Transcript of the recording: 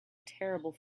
terrible